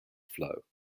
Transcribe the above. flow